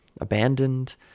abandoned